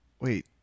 Wait